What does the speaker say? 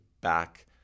back